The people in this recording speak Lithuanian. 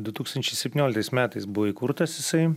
du tūkstančiai septynioliktais metais buvo įkurtas jisai